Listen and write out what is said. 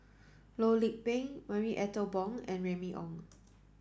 Loh Lik Peng Marie Ethel Bong and Remy Ong